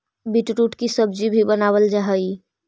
beetroot की सब्जी भी बनावाल जा हई